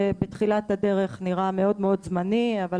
שבתחילת הדרך היה נראה מאוד זמני זה הפך לאירוע מתפתח,